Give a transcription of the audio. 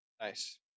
nice